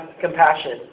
compassion